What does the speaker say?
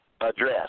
address